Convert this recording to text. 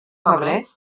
febrer